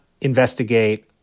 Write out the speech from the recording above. investigate